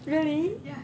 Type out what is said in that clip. really